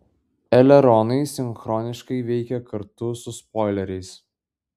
eleronai sinchroniškai veikia kartu su spoileriais